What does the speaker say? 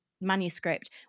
manuscript